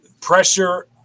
Pressure